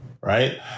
Right